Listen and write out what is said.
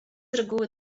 reguły